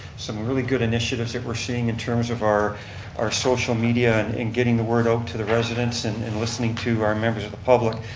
some really good initiatives that we're seeing in terms of our our social media and and getting the word out to the residents and and listening to our members of the public.